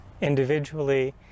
individually